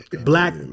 black